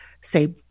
say